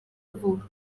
vuba